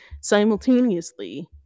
simultaneously